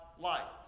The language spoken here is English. light